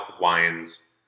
wines